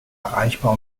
erreichbar